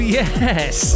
yes